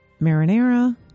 marinara